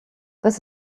this